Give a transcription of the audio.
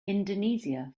indonesia